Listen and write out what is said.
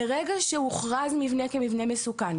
מרגע שהוכרז מבנה כמבנה מסוכן,